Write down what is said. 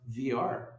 VR